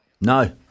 No